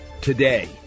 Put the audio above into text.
today